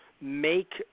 make –